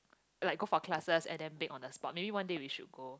like go for classes and then bake on the spot maybe one day we should go